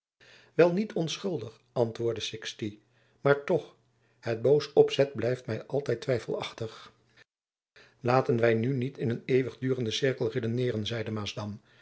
wel niet onschuldig antwoordde sixti maar toch het boos opzet blijft my altijd twijfelachtig laten wy nu niet in een eeuwigdurenden cirkel redeneeren zeide